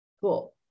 cool